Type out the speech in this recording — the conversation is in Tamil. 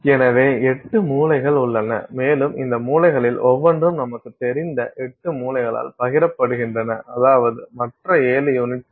எனவே 8 மூலைகள் உள்ளன மேலும் இந்த மூலைகளில் ஒவ்வொன்றும் நமக்கு தெரிந்த 8 மூலைகளால் பகிரப்படுகின்றன அதாவது மற்ற 7 யூனிட் செல்கள்